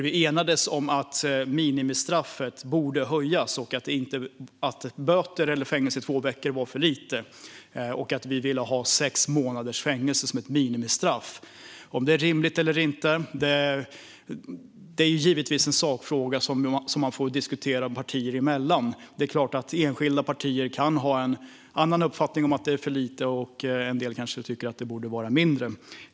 Vi enades om att minimistraffet borde skärpas och att böter eller fängelse i två veckor är för lite. Vi ville ha sex månaders fängelse som ett minimistraff. Om detta är rimligt eller inte är givetvis en fråga man får diskutera partierna emellan. Det är klart att enskilda partier kan ha uppfattningen att det är för lite, medan en del kanske tycker att det borde vara mindre.